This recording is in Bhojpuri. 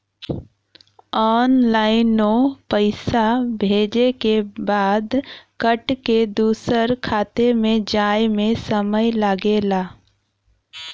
ऑनलाइनो पइसा भेजे के बाद कट के दूसर खाते मे जाए मे समय लगला